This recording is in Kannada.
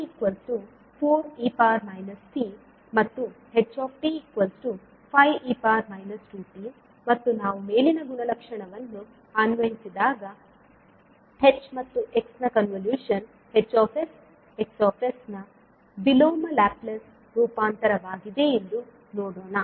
x 4e t ಮತ್ತು ht 5 e 2t ಮತ್ತು ನಾವು ಮೇಲಿನ ಗುಣಲಕ್ಷಣವನ್ನು ಅನ್ವಯಿಸಿದಾಗ h ಮತ್ತು x ನ ಕನ್ವಲೂಶನ್ HX ನ ವಿಲೋಮ ಲ್ಯಾಪ್ಲೇಸ್ ರೂಪಾಂತರವಾಗಿದೆ ಎಂದು ನೋಡೋಣ